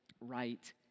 right